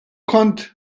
kont